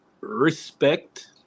respect